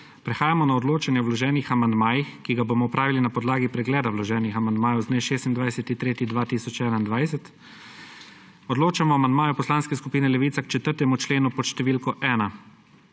Prehajamo na odločanje o vloženih amandmajih, ki ga bomo opravili na podlagi pregleda vloženih amandmajev z dne 26. 3. 2021. Odločamo o amandmaju Poslanske skupine Levica k 4. členu pod številko 1.